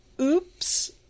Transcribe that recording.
oops